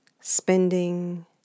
Spending